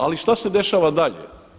Ali što se dešava dalje.